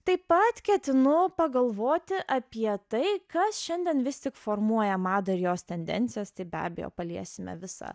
taip pat ketinu pagalvoti apie tai kas šiandien vis tik formuoja madą ir jos tendencijas tai be abejo paliesime visą